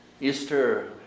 Easter